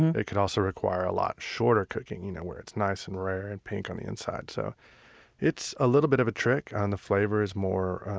it could also require a lot shorter cooking you know where it's nice and rare and pink on the inside. so it's a little bit of a trick and the flavor is more